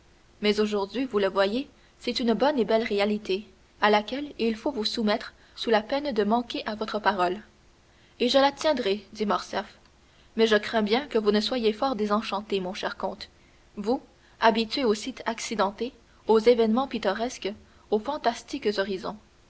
mais aujourd'hui vous le voyez c'est une bonne et belle réalité à laquelle il faut vous soumettre sous peine de manquer à votre parole et je la tiendrai dit morcerf mais je crains bien que vous ne soyez fort désenchanté mon cher comte vous habitué aux sites accidentés aux événements pittoresques aux fantastiques horizons